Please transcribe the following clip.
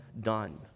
done